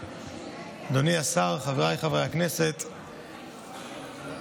אדוני השר, חבריי חברי הכנסת, המציעה,